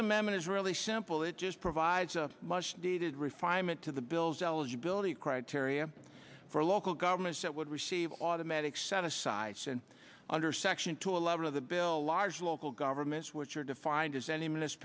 is really simple it just provides a much dated refinement to the bill's eligibility criteria for local governments that would receive automatic set asides and under section two a lot of the bill large local governments which are defined as any minutes